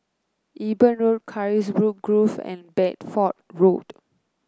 Eben Road Carisbrooke Grove and Bedford Road